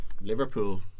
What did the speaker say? Liverpool